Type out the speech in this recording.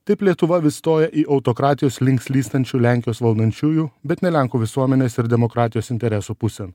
taip lietuva stoja į autokratijos link slystančių lenkijos valdančiųjų bet ne lenkų visuomenės ir demokratijos interesų pusėn